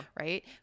Right